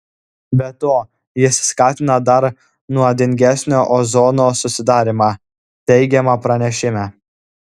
be to jis skatina dar nuodingesnio ozono susidarymą teigiama pranešime